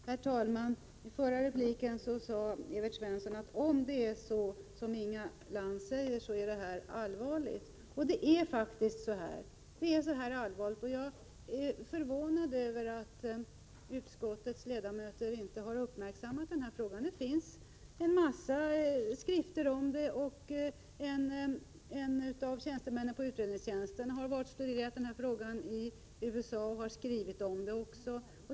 Herr talman! I sin förra replik sade Evert Svensson att om det är så som Inga Lantz säger är det allvarligt. Det är faktiskt så allvarligt. Jag är förvånad över att utskottets ledamöter inte har uppmärksammat frågan mera. Det finns en hel del skrifter om detta. En tjänsteman från utredningstjänsten har studerat frågan i USA och skrivit om det.